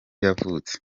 yavutse